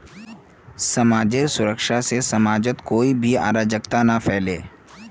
समाजेर सुरक्षा से समाजत कोई भी अराजकता ना फैले